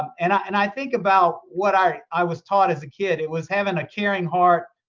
and and i think about what i i was taught as a kid. it was having a caring heart,